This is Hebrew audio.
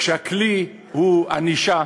כשהכלי הוא ענישה,